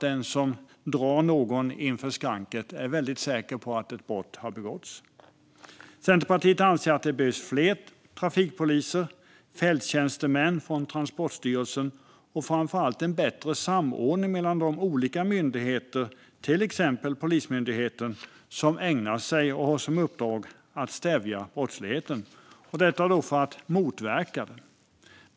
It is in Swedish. Den som drar någon inför skranket måste vara väldigt säker på att ett brott har begåtts. Centerpartiet anser att det behövs fler trafikpoliser, fler fälttjänstemän från Transportstyrelsen och framför allt bättre samordning mellan de olika myndigheter, till exempel Polismyndigheten, som har i uppdrag att stävja och motverka brottsligheten och ägnar sig åt detta.